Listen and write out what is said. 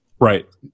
Right